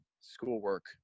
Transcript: schoolwork